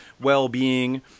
well-being